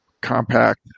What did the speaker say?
compact